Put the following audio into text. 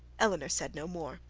elinor said no more,